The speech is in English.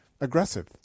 aggressive